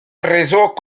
réseau